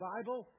Bible